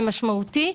משמעותי.